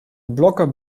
blokken